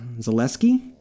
Zaleski